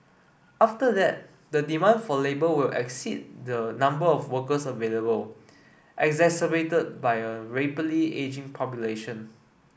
after that the demand for labour will exceed the number of workers available exacerbated by a rapidly ageing population